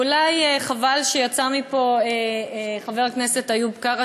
ואולי חבל שיצא מפה חבר הכנסת איוב קרא,